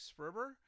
Sperber